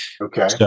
Okay